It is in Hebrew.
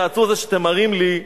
צעצוע זה שאתם מראים לי,